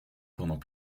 pendant